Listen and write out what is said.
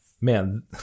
Man